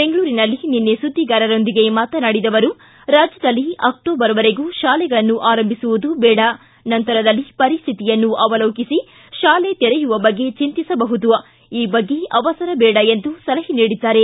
ಬೆಂಗಳೂರಿನಲ್ಲಿ ನಿನ್ನೆ ಸುದ್ದಿಗಾರರೊಂದಿಗೆ ಮಾತನಾಡಿದ ಅವರು ರಾಜ್ಯದಲ್ಲಿ ಅಕ್ಟೋಬರ್ವರೆಗೂ ಶಾಲೆಗಳನ್ನು ಆರಂಭಿಸುವುದು ಬೇಡ ನಂತರದಲ್ಲಿ ಪರಿಸ್ಟಿತಿಯನ್ನು ಅವಲೋಕಿಸಿ ಶಾಲೆ ತೆರೆಯುವ ಬಗ್ಗೆ ಚಿಂತಿಸಬಹುದು ಈ ಬಗ್ಗೆ ಅವಸರ ಬೇಡ ಎಂದು ಸಲಹೆ ನೀಡಿದ್ದಾರೆ